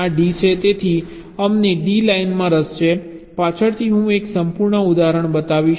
તેથી અમને D લાઇનમાં રસ છે પાછળથી હું એક સંપૂર્ણ ઉદાહરણ બતાવીશ